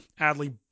Adley